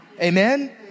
Amen